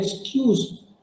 excuse